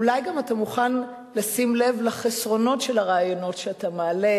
אולי גם אתה מוכן לשים לב לחסרונות של הרעיונות שאתה מעלה?